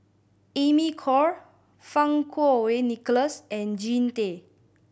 Amy Khor Fang Kuo Wei Nicholas and Jean Tay